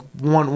one